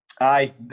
Aye